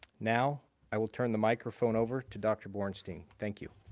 now i will turn the microphone over to dr. borenstein. thank you.